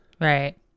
Right